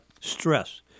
stress